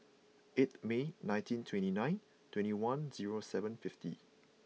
eighth May nineteen twenty nine twenty one zero seven fifty